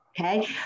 okay